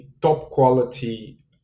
top-quality